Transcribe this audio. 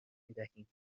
میدهیم